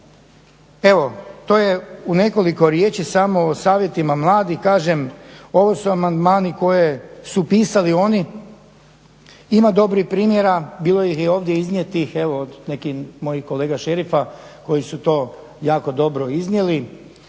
Evo to je u nekoliko riječi samo o savjetima mladih. Kažem ovo su amandmani koji su pisali oni, ima dobrih primjera bilo je ih je ovdje iznijeti, evo od nekih mojih kolega šerifa koji su to jako dobro iznijeli